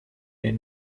did